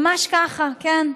ממש ככה, כן.